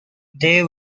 they